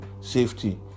safety